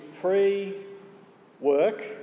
pre-work